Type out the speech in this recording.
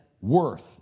worth